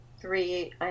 three